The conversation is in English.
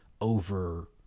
over